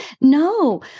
No